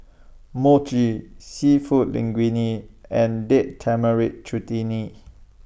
Mochi Seafood Linguine and Date Tamarind Chutney